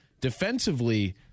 Defensively